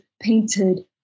painted